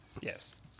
Yes